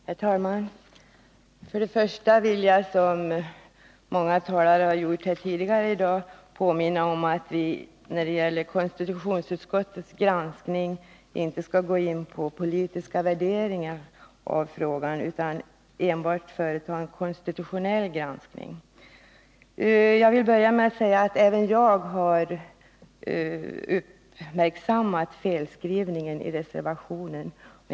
Herr talman! Jag vill börja med att, som många talåre har gjort här tidigare idag, påminna om att vi när det gäller konstitutionsutskottets granskning inte skall gå in på politiska värderingar av frågorna utan enbart företa en konstitutionell granskning. Även jag har uppmärksammat felskrivningen i reservationen.